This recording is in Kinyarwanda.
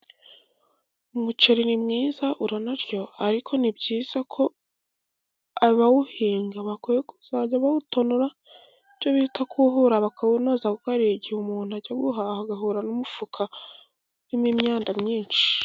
Umuceri ni mwiza uranaryoha. Ariko ni byiza ko abawuhinga bakwiye kuzajya bawutonora, icyo bita kuwuhura bakawunoza, kuko hari igihe umuntu ajya guhaha agahura n'umufuka urimo imyanda myinshi.